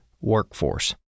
workforce